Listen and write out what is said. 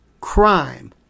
Crime